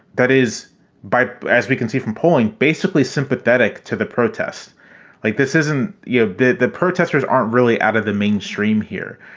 that is by, as we can see from polling, basically sympathetic to the protests like this isn't you have the the protesters aren't really out of the mainstream here.